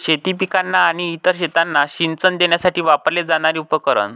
शेती पिकांना आणि इतर शेतांना सिंचन देण्यासाठी वापरले जाणारे उपकरण